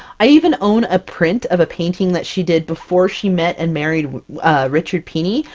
i even own a print of a painting that she did before she met and married richard pini,